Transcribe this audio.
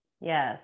Yes